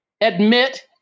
admit